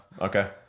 okay